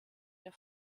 der